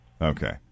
Okay